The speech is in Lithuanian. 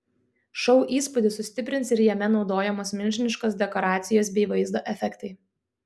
šou įspūdį sustiprins ir jame naudojamos milžiniškos dekoracijos bei vaizdo efektai